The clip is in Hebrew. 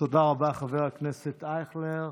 תודה רבה, חבר כנסת אייכלר.